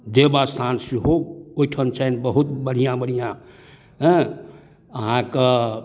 देव अस्थान सेहो ओहिठाम छनि बहुत बढ़िआँ बढ़िआँ हँ अहाँके